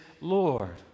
Lord